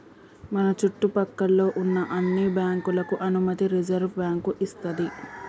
మన చుట్టు పక్కల్లో ఉన్న అన్ని బ్యాంకులకు అనుమతి రిజర్వుబ్యాంకు ఇస్తది